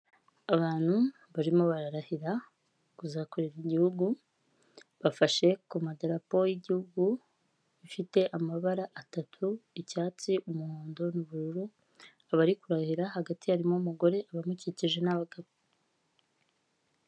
Abantu barimo bararahira kuzakorera igihugu bafashe ku madarapo y'igihugu, afite amabara atatu icyatsi, umuhondo n'ubururu. Abari kurahira hagati harimo umugore abamukikije ni abagabo.